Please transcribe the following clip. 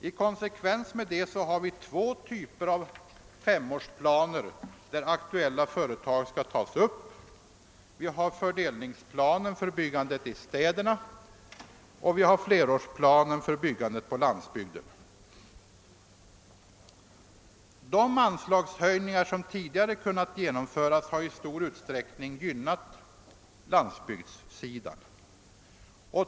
I konsekvens härmed har vi två typer av femårsplaner, där aktuella företag skall tas upp: vi har fördelningsplanen för byggandet i städerna och vi har flerårsplanen för byggandet på landsbygden. De anslagshöjningar som tidigare kunnat genomföras har i stor utsträckning gynnat landsbygdssidan.